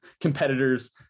competitors